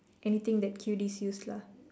anything that cuties use lah